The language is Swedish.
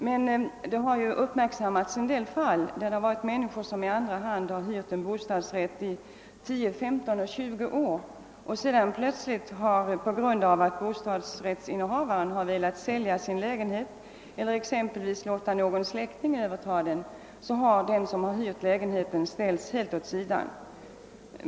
Men det har ju uppmärksammats en del fall där människor i andra hand hyrt en bostadsrättslägenhet under 10— 15—20 år för att sedan plötsligt helt ställas åt sidan på grund av att bostadsrättsinnehavaren velat sälja sin lägenhet eller kanske låta någon släkting överta den.